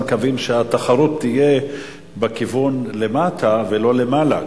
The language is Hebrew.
מקווים שהתחרות תהיה בכיוון למטה ולא למעלה.